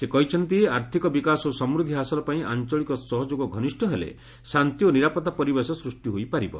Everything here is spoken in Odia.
ସେ କହିଛନ୍ତି ଆର୍ଥିକ ବିକାଶ ଓ ସମୃଦ୍ଧି ହାସଲ ପାଇଁ ଆଞ୍ଚଳିକ ସହଯୋଗ ଘନିଷ୍ଠ ହେଲେ ଶାନ୍ତି ଓ ନିରାପତ୍ତା ପରିବେଶ ସୃଷ୍ଟି ହୋଇପାରିବ